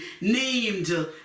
named